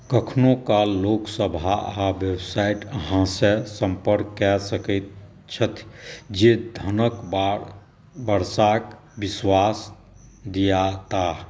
कखनहु काल लोकसभा आओर वेबसाइट अहाँसँ सम्पर्क कै सकै छथि जे धनके वर्षाके विश्वास दिएताह